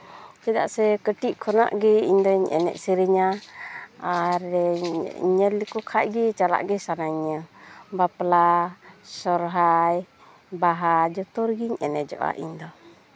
ᱪᱮᱫᱟᱜ ᱥᱮ ᱠᱟᱹᱴᱤᱡ ᱠᱷᱚᱱᱟᱜ ᱜᱮ ᱤᱧᱫᱩᱧ ᱮᱱᱮᱡ ᱥᱮᱨᱮᱧᱟ ᱟᱨ ᱧᱮᱞ ᱞᱮᱠᱚ ᱠᱷᱟᱡ ᱜᱮ ᱪᱟᱞᱟᱜ ᱜᱮ ᱥᱟᱱᱟᱧᱟ ᱵᱟᱯᱞᱟ ᱥᱚᱦᱚᱨᱟᱭ ᱵᱟᱦᱟ ᱡᱚᱛᱚ ᱨᱮᱜᱮᱧ ᱮᱱᱮᱡᱚᱜᱼᱟ ᱤᱧᱫᱚ